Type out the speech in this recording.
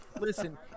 Listen